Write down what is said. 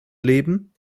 leben